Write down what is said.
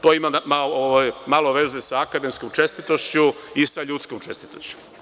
To ima malo veze sa akademskom čestitošću i sa ljudskom čestitošću.